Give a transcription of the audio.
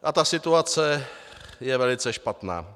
A ta situace je velice špatná.